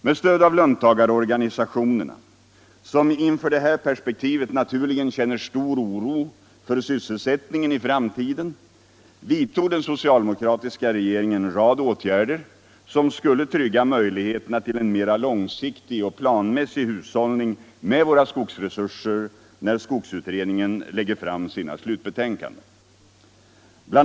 Med stöd av löntagarorganisationerna, som inför det här perspektivet naturligen känner stor oro för sysselsättningen i framtiden, vidtog den socialdemokratiska regeringen en rad åtgärder som skulle trygga möjligheterna till en mera långsiktig och planmässig hushållning med våra skogsresurser när skogsutredningen lägger fram sina slutbetänkanden. Bl.